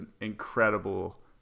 incredible